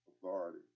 authority